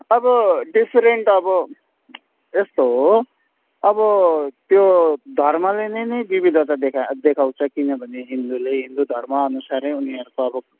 अब डिफिरेन्ट अब यस्तो हो अब त्यो धर्मले नै विविधता देखाउँछ किनभने हिन्दूले हिन्दू धर्म अनुसारले नै उनीहरूको अब